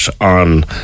on